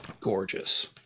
gorgeous